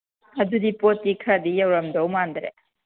ꯑꯗꯨꯗꯤ ꯄꯣꯠꯇꯤ ꯈꯔꯗꯤ ꯌꯧꯔꯝꯗꯧ ꯃꯥꯟꯗꯔꯦ